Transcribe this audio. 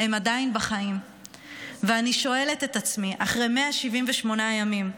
אני שואלת את עצמי: אחרי 178 ימים,